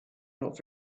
not